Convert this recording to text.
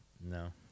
No